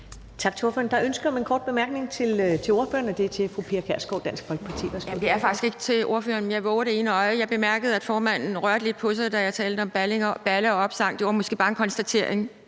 Tak til ordføreren. Der er ønske om en kort bemærkning til ordføreren, og det er fra fru Pia Kjærsgaard, Dansk Folkeparti. Værsgo. Kl. 13:15 Pia Kjærsgaard (DF): Det er faktisk ikke til ordføreren, men jeg vover det ene øje. Jeg bemærkede, at formanden rørte lidt på sig, da jeg talte om »balle«/opsang . Det var måske bare en konstatering